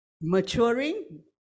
maturing